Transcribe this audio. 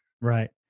Right